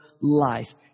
life